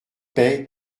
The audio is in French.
paix